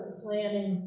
planning